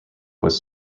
was